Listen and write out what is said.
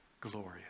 glorious